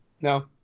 No